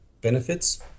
benefits